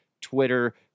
Twitter